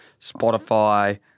Spotify